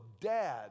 dad